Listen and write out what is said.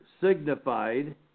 signified